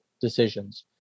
decisions